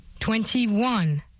twenty-one